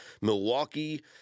Milwaukee